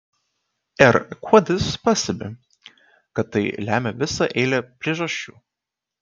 r kuodis pastebi kad tai lemia visa eilė priežasčių